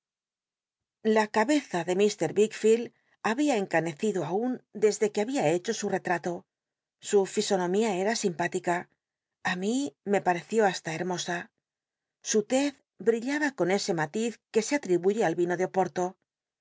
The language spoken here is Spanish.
a cabeza de ir ickfleld babia en anccido aun desde que babia hecho su retralo su fisonomía era simptilica í mi me parcció basta hermosa u lcz brillaba con ese matiz que se atribuye al ino de oporto